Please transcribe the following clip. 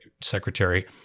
secretary